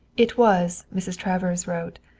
it was, mrs. travers wrote,